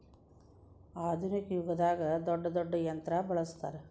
ಆದುನಿಕ ಯುಗದಾಗ ದೊಡ್ಡ ದೊಡ್ಡ ಯಂತ್ರಾ ಬಳಸ್ತಾರ